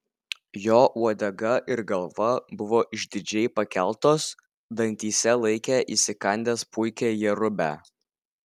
jo uodega ir galva buvo išdidžiai pakeltos dantyse laikė įsikandęs puikią jerubę